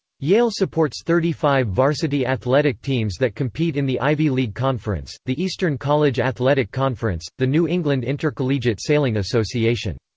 yale supports thirty five varsity athletic teams that compete in the ivy league conference, the eastern college athletic conference, the new england intercollegiate sailing association.